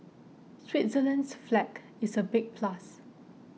Switzerland's flag is a big plus